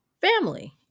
family